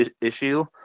issue